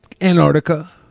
Antarctica